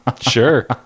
Sure